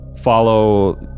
follow